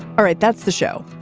all right. that's the show.